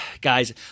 guys